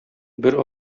бер